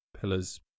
pillars